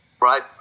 right